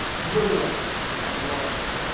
really like i love this,